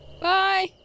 Bye